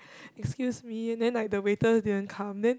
excuse me and then like the waiter didn't come then